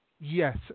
Yes